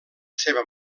seva